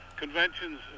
conventions